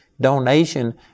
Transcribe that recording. donation